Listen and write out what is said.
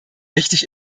richtig